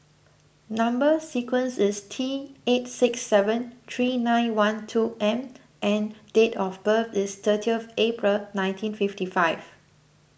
Number Sequence is T eight six seven three nine one two M and date of birth is thirtieth April nineteen fifty five